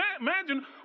imagine